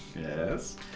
Yes